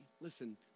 listen